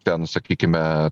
ten sakykime